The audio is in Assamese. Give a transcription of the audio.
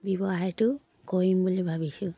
ব্যৱসায়টো কৰিম বুলি ভাবিছোঁ